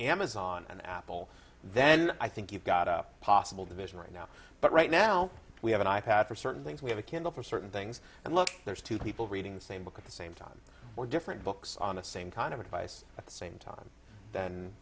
amazon and apple then i think you've got a possible division right now but right now we have an i pad for certain things we have a kindle for certain things and look there's two people reading the same book at the same time or different books on the same kind of advice at the same time then